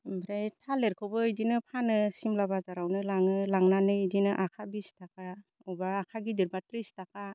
ओमफ्राय थालिरखौबो इदिनो फानो सिमला बाजारावनो लाङो लांनानै इदिनो आखा बिस थाखा अबा आखा गिदिरब्ला त्रिस थाखा